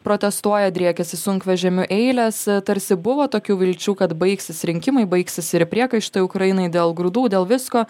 protestuoja driekiasi sunkvežimių eilės tarsi buvo tokių vilčių kad baigsis rinkimai baigsis ir priekaištai ukrainai dėl grūdų dėl visko